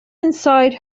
inside